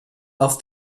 auf